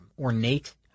ornate